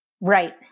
Right